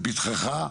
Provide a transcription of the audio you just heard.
שלפתחך?